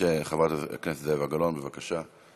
חברת הכנסת זהבה גלאון, בבקשה.